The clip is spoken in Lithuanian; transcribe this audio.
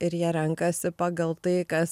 ir jie renkasi pagal tai kas